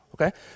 okay